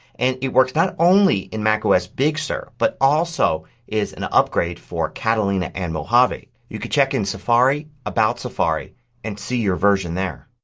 and it works not only in macos big sur but also is an upgrade for catalina and mojave. you can check in safari, about safari and see your version there.